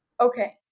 Okay